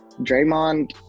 Draymond